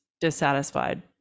dissatisfied